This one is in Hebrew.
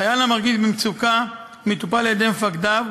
חייל שמרגיש מצוקה מטופל על-ידי מפקדיו,